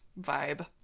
vibe